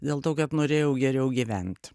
dėl to kad norėjau geriau gyvent